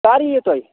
کَر یِیِو تُہۍ